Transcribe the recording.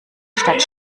statt